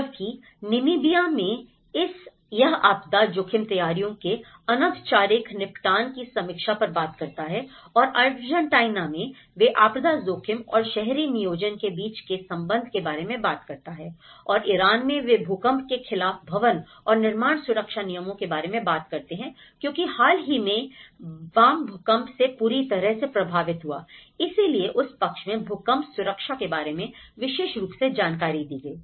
जबकि नामीबिया में यह आपदा जोखिम तैयारियों के अनौपचारिक निपटान की समीक्षा पर बात करता है और अर्जेंटीना में वे आपदा जोखिम और शहरी नियोजन के बीच के संबंध के बारे में बात करते हैं और ईरान में वे भूकंप के खिलाफ भवन और निर्माण सुरक्षा नियमों के बारे में बात करते हैं क्योंकि हाल ही में बाम भूकंप से बुरी तरह से प्रभावित हुआ इसलिए उस पक्ष मैं भूकंप सुरक्षा के बारे में विशेष रूप से जानकारी दी गई